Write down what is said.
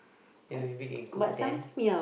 you know you mean can cook there